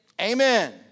Amen